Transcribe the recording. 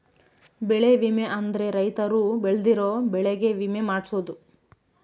ಬೆಳೆ ವಿಮೆ ಅಂದ್ರ ರೈತರು ಬೆಳ್ದಿರೋ ಬೆಳೆ ಗೆ ವಿಮೆ ಮಾಡ್ಸೊದು